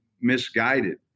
misguided